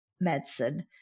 medicine